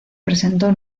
presentó